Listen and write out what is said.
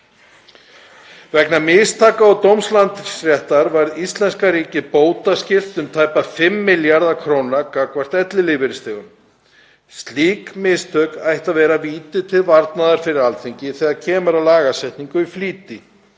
Vegna mistakanna og dóms Landsréttar varð íslenska ríkið bótaskylt um tæpa 5 milljarða króna gagnvart ellilífeyrisþegum. Slík mistök ættu að vera víti til varnaðar fyrir Alþingi þegar kemur að lagasetningu í flýti,